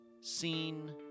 seen